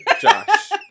Josh